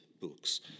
books